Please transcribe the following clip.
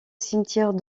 cimetière